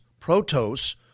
protos